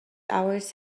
hours